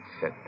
Set